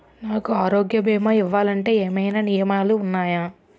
నాకు ఆరోగ్య భీమా ఇవ్వాలంటే ఏమైనా నియమాలు వున్నాయా?